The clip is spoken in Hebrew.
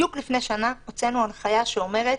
בדיוק לפני שנה הוצאנו הנחיה שאומרת